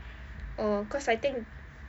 oh cause I think